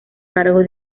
cargo